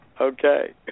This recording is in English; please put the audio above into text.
Okay